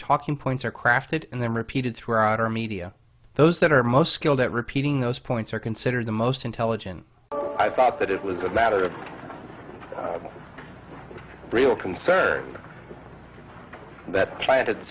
talking points are crafted and then repeated throughout our media those that are most skilled at repeating those points are considered the most intelligent i thought that it was a matter of real concern that